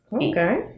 Okay